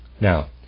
Now